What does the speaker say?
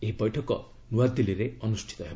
ଏହି ବୈଠକ ନୁଆଦିଲ୍ଲୀରେ ଅଉୁଷିତ ହେବ